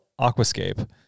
Aquascape